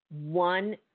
one